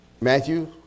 Matthew